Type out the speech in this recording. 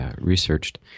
researched